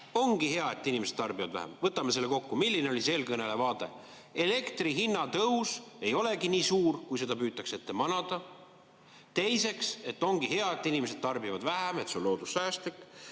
ongi hea, et inimesed tarbivad vähem. Võtame kokku, milline oli eelkõneleja vaade. Elektri hinna tõus ei olegi nii suur, kui seda püütakse [silme] ette manada. Teiseks, ongi hea, et inimesed tarbivad vähem, see on loodussäästlik.